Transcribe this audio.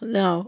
no